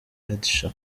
edsha